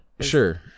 Sure